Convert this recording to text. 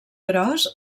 gros